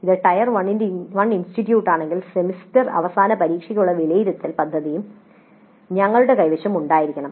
ഇത് tier one ഇൻസ്റ്റിറ്റ്യൂട്ടാണെങ്കിൽ semester അവസാന പരീക്ഷയ്ക്കുള്ള വിലയിരുത്തൽ പദ്ധതിയും ഞങ്ങളുടെ കൈവശം ഉണ്ടായിരിക്കണം